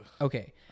Okay